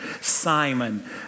Simon